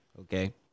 okay